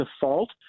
default